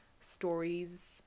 stories